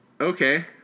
okay